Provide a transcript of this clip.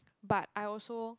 but I also